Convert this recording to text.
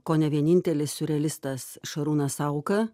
kone vienintelis siurrealistas šarūnas sauka